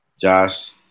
Josh